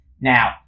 Now